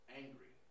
angry